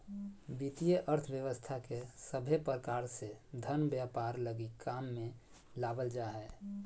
वित्तीय अर्थशास्त्र के सभे प्रकार से धन व्यापार लगी काम मे लावल जा हय